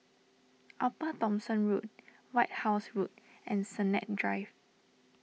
Upper Thomson Road White House Road and Sennett Drive